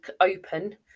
open